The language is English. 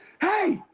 hey